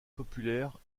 populaire